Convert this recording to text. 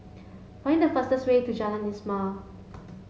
find the fastest way to Jalan Ismail